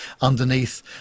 underneath